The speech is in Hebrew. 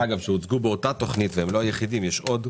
שהוצגו באותה תוכנית והם לא היחידים - יש עוד,